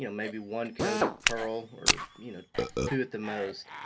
you know maybe one coat of pearl, or you know two at the most.